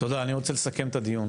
שר הפנים יגיע?